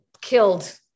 killed